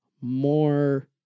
more